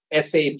SAP